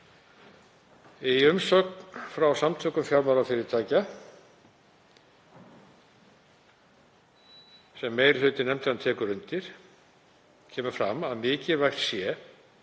Í umsögn frá Samtökum fjármálafyrirtækja, sem meiri hluti nefndarinnar tekur undir, kemur fram að mikilvægt sé,